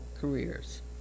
careers